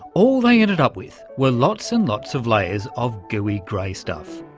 all they ended up with were lots and lots of layers of gooey grey stuff,